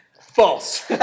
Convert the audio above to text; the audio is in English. False